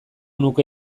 nuke